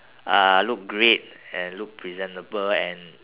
uh look great and look presentable and